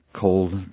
cold